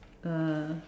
uh